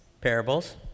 Parables